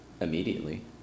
immediately